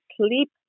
sleep